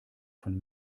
von